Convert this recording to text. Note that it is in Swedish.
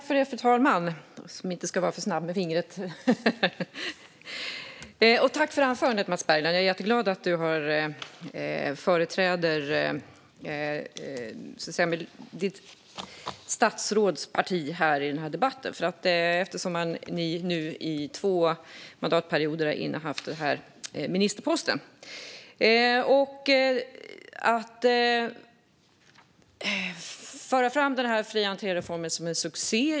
Fru talman! Tack för anförandet, Mats Berglund! Jag är jätteglad att du företräder ditt statsråds parti här i debatten eftersom ni nu i två mandatperioder har innehaft kulturministerposten. Mats Berglund för fram fri entré-reformen som en succé.